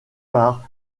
par